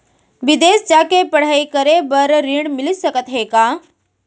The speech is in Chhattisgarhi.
बिदेस जाके पढ़ई करे बर ऋण मिलिस सकत हे का?